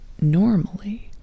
normally